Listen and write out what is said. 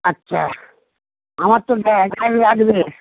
আচ্ছা আমার তো গ্যা গ্যাস লাগবে